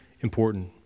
important